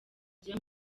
kujya